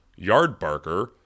Yardbarker